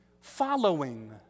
following